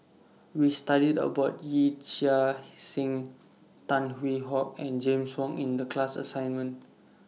We studied about Yee Chia Hsing Tan Hwee Hock and James Wong in The class assignment